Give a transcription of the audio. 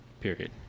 period